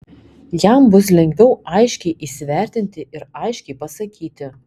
jam bus lengviau aiškiai įsivertinti ir aiškiai pasakyti